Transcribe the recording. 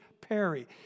Perry